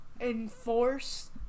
enforce